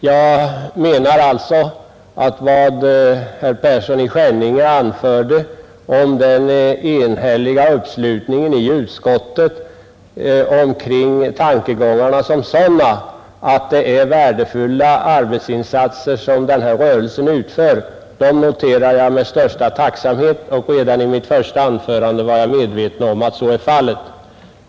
Jag noterar alltså med största tacksamhet vad herr Persson i Skänninge anförde om den eniga uppslutningen i utskottet omkring tankegångarna om att det är värdefulla arbetsinsatser som hembygdsrörelsen utför. Redan av mitt första anförande framgick att jag var medveten om värdet av dessa insatser.